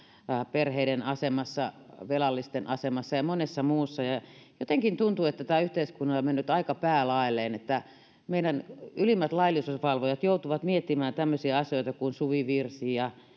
perheiden asemassa velallisten asemassa ja monessa muussa jotenkin tuntuu että tämä yhteiskunta on mennyt aika päälaelleen kun meidän ylimmät laillisuusvalvojamme joutuvat miettimään tämmöisiä asioita kuin suvivirsi ja